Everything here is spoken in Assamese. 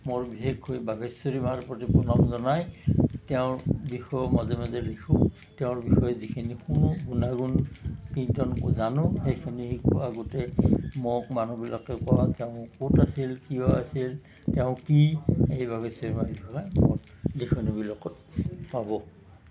মোৰ বিশেষকৈ বাঘেশ্বৰী মাৰ প্ৰতি প্ৰণাম জনাই তেওঁৰ বিষয়েও মাজে মাজে লিখোঁ তেওঁৰ বিষয়ে যিখিনি শুনো গুণানুকীৰ্তন জানো সেইখিনি শিকোৱা গোটেই মোক মানুহবিলাকে কলাক ক'ত আছিল কিয় আছিল তেওঁ কি লিখনিবিলাকত পাব